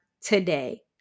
today